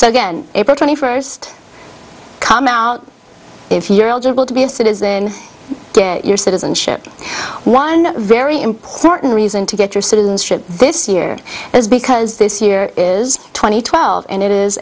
so again april twenty first come out if you're eligible to be a citizen get your citizenship one very important reason to get your citizenship this year is because this year is twenty twelve and it is